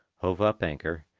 hove up anchor,